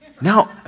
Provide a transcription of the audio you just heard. Now